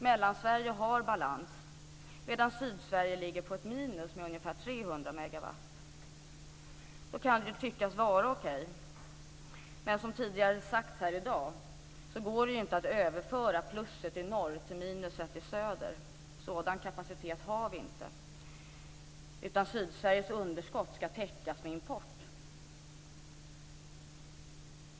Mellansverige har balans medan Sydsverige ligger på minus med ungefär 300 megawatt. Det kan ju tyckas vara okej, men som tidigare har sagts här i dag går det inte att överföra överskottet i norr till underskottet i söder. Sådan kapacitet har vi inte, utan Sydsveriges underskott ska täckas med import.